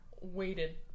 waited